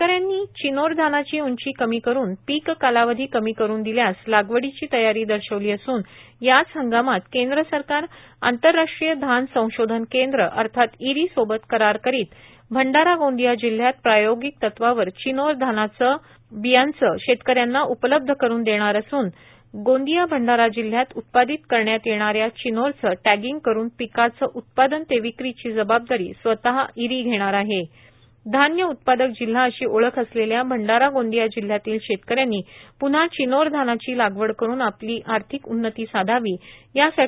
शेतकऱ्यांनी चिनोर धानाची उंची कमी करून पीक कालावधी कमी करून दिल्यास लागवडीची तयारी दर्शविली असून याच हंगामात केंद्र सरकार आंतरराष्ट्रीय धान संशोधन केंद्र अर्थात इर्री सोबत करार करीत भंडारा गोंदिया जिल्यात प्रायोगीक तत्वावर चिनोर धानाचे बियांचे शेतकऱ्यांना उपलब्ध करून देणार असून गोंदिया भंडारा जिल्यात उत्पादित करण्यात येणाऱ्या चिनोरची टगिंग करून पिकाचे उत्पादन ते विक्री ची जवाबदारी स्वतः इर्री घेणार आहे धान उत्पादक जिल्हा अशी ओळख असलेल्या भांडारा गोंदिया जिल्यातिल शेतकर्यानी प्न्हा चिनोर धानाची लागवड करून आपली आर्थिक उन्नती साधावी या साठी